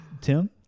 Tim